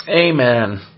Amen